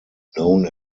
known